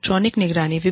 electronic निगरानी